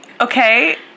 Okay